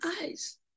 eyes